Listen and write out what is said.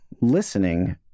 listening